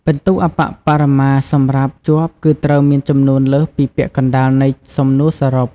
ពិន្ទុអប្បបរមាសម្រាប់ជាប់គឺត្រូវមានចំនួនលើសពីពាក់កណ្ដាលនៃសំណួរសរុប។